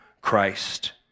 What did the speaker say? Christ